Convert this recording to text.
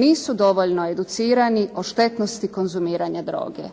nisu dovoljno educirani o štetnosti konzumiranja droge.